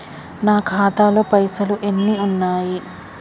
నా ఖాతాలో పైసలు ఎన్ని ఉన్నాయి?